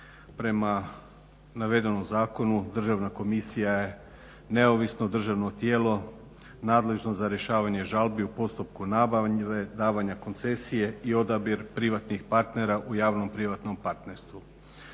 Prema navedenom zakonu Državna komisija je neovisno državno tijelo, nadležno za rješavanje žalbi u postupku nabave, davanja koncesije i odabir privatnih partnera u javno privatnom partnerstvu.